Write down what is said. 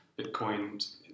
Bitcoin